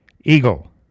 eagle